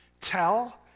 tell